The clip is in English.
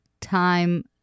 time